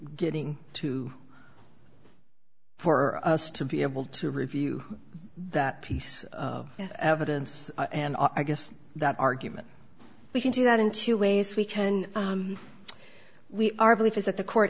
getting to for us to be able to review that piece of evidence and i guess that argument we can do that in two ways we can we our belief is that the court